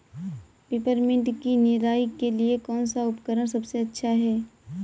Peppermint की निराई के लिए कौन सा उपकरण सबसे अच्छा है?